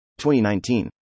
2019